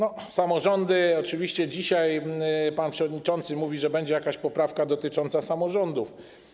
Oczywiście dzisiaj pan przewodniczący mówi, że będzie jakaś poprawka dotycząca samorządów.